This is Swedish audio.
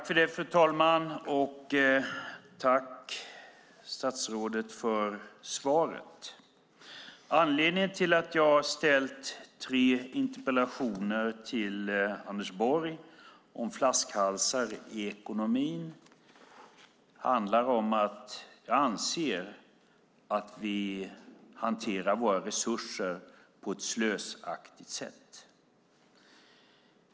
Fru talman! Tack, statsrådet, för svaret! Anledningen till att jag ställt tre interpellationer till Anders Borg om flaskhalsar i ekonomin är att jag anser att vi hanterar våra resurser på ett slösaktigt sätt.